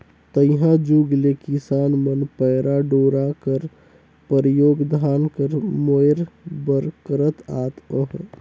तइहा जुग ले किसान मन पैरा डोरा कर परियोग धान कर मोएर बर करत आत अहे